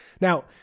Now